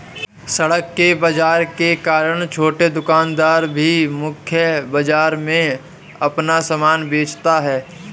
सड़क के बाजार के कारण छोटे दुकानदार भी मुख्य बाजार में अपना सामान बेचता है